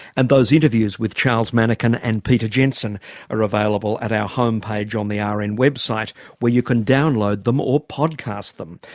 and those interviews with charles manekin and peter jensen are available at our homepage on the rn and website where you can download them or podcast them.